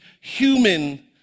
human